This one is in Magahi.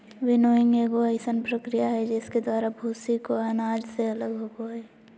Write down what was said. विनोइंग एगो अइसन प्रक्रिया हइ जिसके द्वारा भूसी को अनाज से अलग होबो हइ